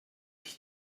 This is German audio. ich